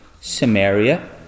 Samaria